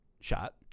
shot